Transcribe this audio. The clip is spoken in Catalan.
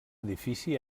edifici